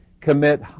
commit